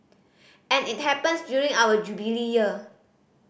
and it happens during our Jubilee Year